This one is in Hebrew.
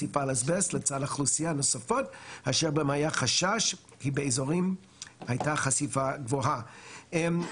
חשיפה לאסבסט, לעתים אפילו חשיפה חד פעמית,